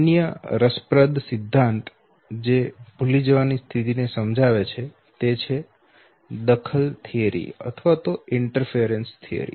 અન્ય રસપ્રદ સિદ્ધાંત જે ભૂલી જવા ની સ્થિતી ને સમજાવે છે તે છે દખલ થીયરી